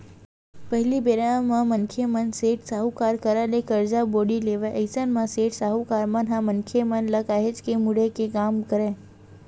पहिली बेरा म मनखे मन सेठ, साहूकार करा ले करजा बोड़ी लेवय अइसन म सेठ, साहूकार मन ह मनखे मन ल काहेच के मुड़े के काम करय